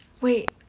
Wait